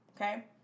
Okay